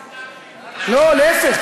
לא, להפך.